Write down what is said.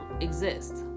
exist